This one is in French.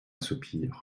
soupir